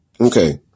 Okay